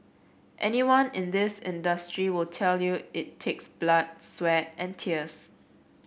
anyone in this industry will tell you it takes blood sweat and tears